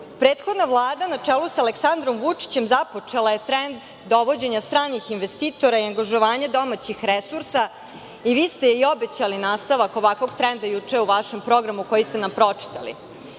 birali. Prethodna Vlada ne čelu sa Aleksandrom Vučićem, započela je trend dovođenja stranih investitora i angažovanja domaćih resursa i vi ste i obećali nastavak ovakvog trenda juče u vašem programu koji ste nam pročitali.